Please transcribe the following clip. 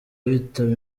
bitaba